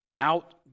out